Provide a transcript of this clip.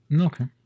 okay